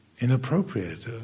inappropriate